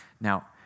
Now